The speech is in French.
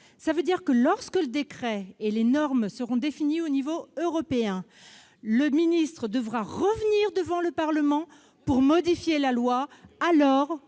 cela veut dire que lorsque le décret et les normes seront définis au niveau européen, le ministre devra revenir devant le Parlement pour rectifier la loi. Une